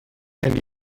and